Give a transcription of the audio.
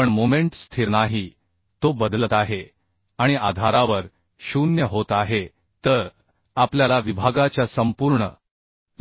पण मोमेंट स्थिर नाही तो बदलत आहे आणि आधारावर 0 होत आहे तर आपल्याला विभागाच्या संपूर्ण